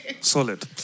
solid